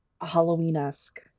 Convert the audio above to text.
Halloween-esque